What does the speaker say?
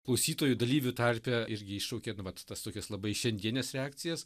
klausytojų dalyvių tarpe irgi iššaukė nu vat tas tokias labai šiandienias reakcijas